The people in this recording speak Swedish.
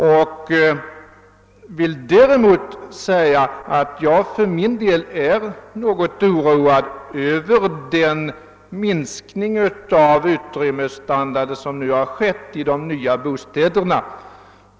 Jag vill dock för min del säga att jag är mera oroad över den minskning av utrymmesstandarden som har skett i de nya bostäderna.